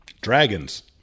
Dragons